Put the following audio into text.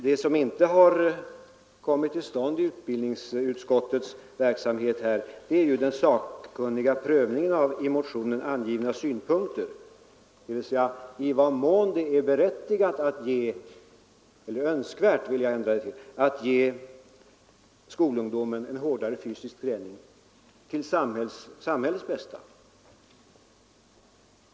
Vad som inte gjorts under utbildningsutskottets behandling av frågan är ju den sakkunniga prövningen av i motionen angivna synpunkter, dvs. i vad mån det är önskvärt att ge skolungdomen en hårdare fysisk träning till samhällets bästa.